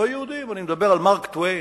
לא יהודים אני מדבר על מארק טוויין,